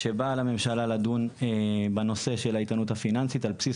שבה על הממשלה לדון בנושא האיתנות הפיננסית על בסיס